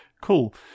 cool